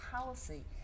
policy